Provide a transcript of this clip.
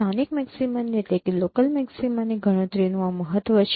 સ્થાનિક મેક્સિમાની ગણતરીનું આ મહત્વ છે